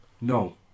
no